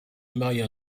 maria